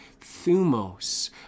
thumos